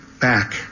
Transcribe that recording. back